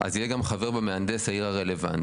אז יהיה גם חבר בה מהנדס העיר הרלוונטי,